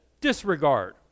disregard